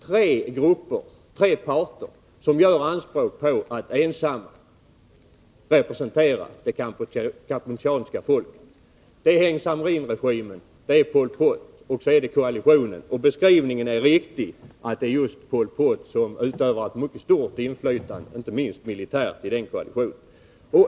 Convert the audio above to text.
Tre parter gör anspråk på att ensamma representera det kampucheanska folket. Det är Heng Samrin-regimen, det är Pol Pot och så är det koalitionen, och beskrivningen är riktig när det sägs att Pol Pot utövar ett mycket stort inflytande i denna koalition, inte minst militärt.